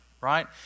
right